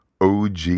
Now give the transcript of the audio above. OG